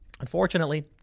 Unfortunately